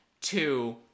Two